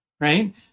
right